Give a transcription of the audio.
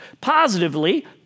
Positively